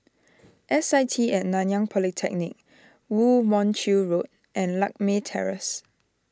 S I T and Nanyang Polytechnic Woo Mon Chew Road and Lakme Terrace